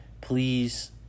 Please